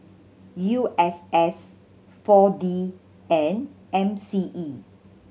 U S S Four D and M C E